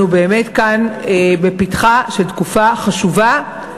אנחנו באמת כאן בפתחה של תקופה חשובה,